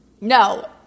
No